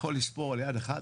יכול לספור על יד אחת